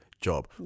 job